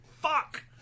Fuck